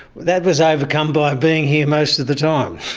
that was overcome by being here most of the time!